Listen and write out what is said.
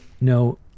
No